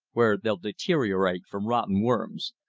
where they'll deteriorate from rot and worms.